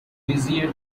vizier